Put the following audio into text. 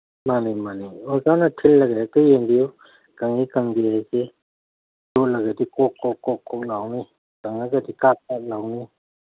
ꯃꯥꯅꯦ ꯃꯥꯅꯦ ꯑꯣꯖꯥꯅ ꯊꯤꯜꯂꯒ ꯍꯦꯛꯇ ꯌꯦꯡꯕꯤꯌꯨ ꯀꯪꯏ ꯀꯪꯗꯦꯁꯤ ꯆꯣꯠꯂꯒꯗꯤ ꯀꯣꯛ ꯀꯣꯛ ꯀꯣꯛ ꯂꯥꯎꯅꯤ ꯀꯪꯉꯒꯗꯤ ꯀꯥꯛ ꯀꯥꯛ ꯂꯥꯎꯅꯤ